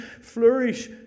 flourish